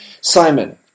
Simon